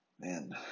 Man